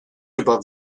above